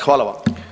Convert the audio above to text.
Hvala vam.